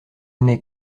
n’est